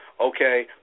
okay